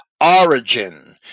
origin